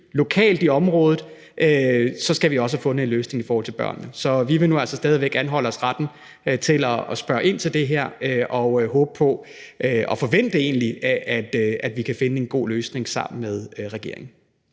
lokalt i området. Og så skal vi også have fundet en løsning i forhold til børnene. Så vi vil altså stadig væk forbeholde os retten til at spørge ind til det og håbe på og egentlig forvente, at vi kan finde en god løsning sammen med regeringen.